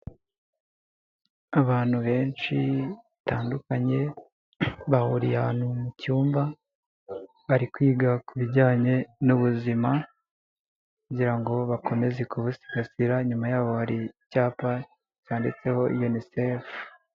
Abantu benshi batandukanye bahuriye ahantu mu cyumba, bari kwiga ku bijyanye n'ubuzima kugira ngo bakomeze kubabusigasira, inyuma yabo hari icyapa cyanditseho UNICEF.